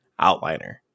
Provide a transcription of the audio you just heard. outliner